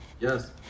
Yes